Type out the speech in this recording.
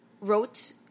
wrote